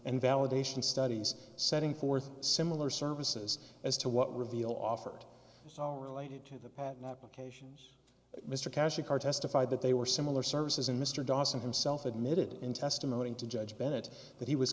and validation studies setting forth similar services as to what reveal offered so related to the patent applications mr cash card testified that they were similar services in mr dawson himself admitted in testimony to judge bennett that he was